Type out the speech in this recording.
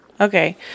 okay